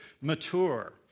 mature